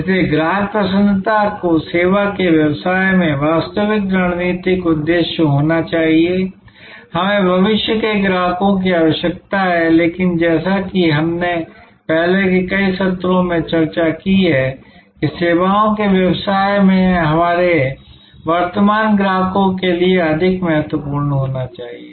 इसलिए ग्राहक प्रसन्नता को सेवा के व्यवसाय में वास्तविक रणनीतिक उद्देश्य होना चाहिए हमें भविष्य के ग्राहकों की आवश्यकता है लेकिन जैसा कि हमने पहले के कई सत्रों में चर्चा की है कि सेवाओं के व्यवसाय में हमारे वर्तमान ग्राहकों के लिए अधिक महत्वपूर्ण होना चाहिए